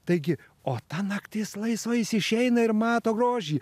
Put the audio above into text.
taigi o ta naktis laisva jis išeina ir mato grožį